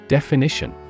Definition